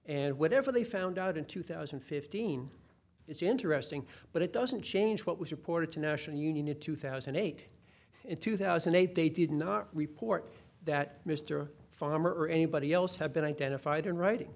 and whatever they found out in two thousand and fifteen it's interesting but it doesn't change what was reported to national union in two thousand and eight and two thousand and eight they did not report that mr farmer or anybody else had been identified in writing